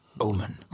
Omen